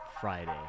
Friday